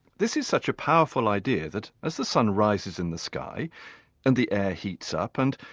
this is such a powerful idea that as the sun rises in the sky and the air heats up and,